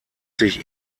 sich